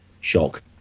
shock